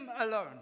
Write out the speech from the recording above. alone